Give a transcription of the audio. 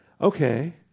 okay